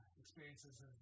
Experiences